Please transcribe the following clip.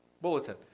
bulletin